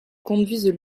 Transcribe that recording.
conduisent